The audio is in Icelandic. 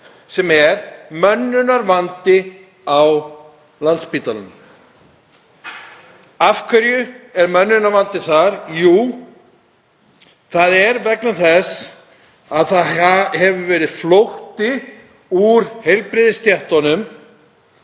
sem er mönnunarvandi á Landspítalanum. Af hverju er mönnunarvandi þar? Það er vegna þess að það hefur verið flótti úr heilbrigðisstéttunum,